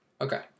Okay